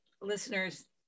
listeners